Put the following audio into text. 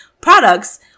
products